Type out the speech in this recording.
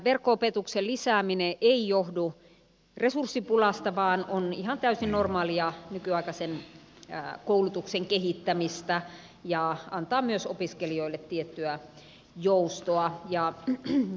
verkko opetuksen lisääminen ei johdu resurssipulasta vaan on ihan täysin normaalia nykyaikaisen koulutuksen kehittämistä ja antaa myös opiskelijoille tiettyä joustoa